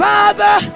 Father